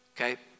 Okay